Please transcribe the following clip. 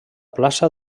plaça